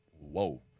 whoa